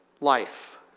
life